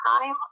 time